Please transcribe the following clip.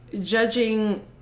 judging